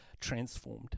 transformed